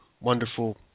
wonderful